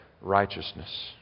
righteousness